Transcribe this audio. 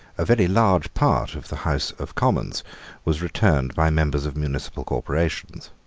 a very large part of the house of commons was returned by members of municipal corporations.